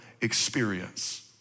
experience